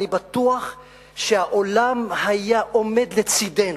אני בטוח שהעולם היה עומד לצדנו,